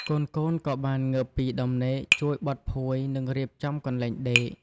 កូនៗក៏បានងើបពីដំណេក ជួយបត់ភួយ និងរៀបចំកន្លែងដេក។